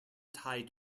tied